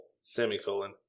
semicolon